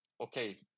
okay